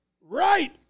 right